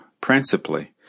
principally